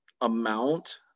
amount